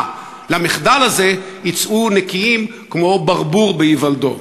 למחדל הזה יצאו נקיים כמו ברבור בהיוולדו.